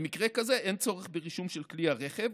במקרה כזה אין צורך ברישום של כלי הרכב,